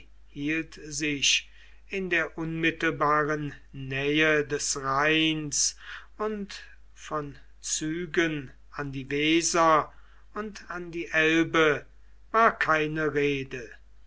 hielt sich in der unmittelbaren nähe des rheins und von zügen an die weser und an die elbe war keine rede